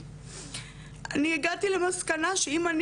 לא יהיה מי שיגן עליי מהאלימות הזאת, הטכנולוגית,